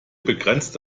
begrenzt